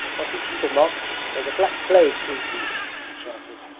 i'll teach you to mock may the black plague seize you she shouted,